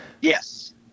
yes